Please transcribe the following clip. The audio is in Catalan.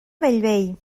bellvei